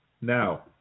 Now